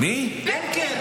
בנקל.